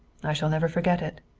i shall never forget it.